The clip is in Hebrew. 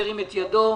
ירים את ידו.